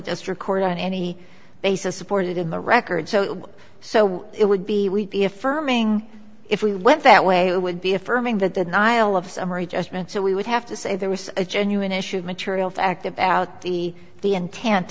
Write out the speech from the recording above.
district court on any basis supported in the record so so it would be we'd be affirming if we went that way it would be affirming that the nihil of summary judgment so we would have to say there was a genuine issue of material fact about the the intent